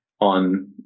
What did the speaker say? on